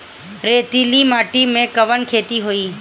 रेतीली माटी में कवन खेती होई?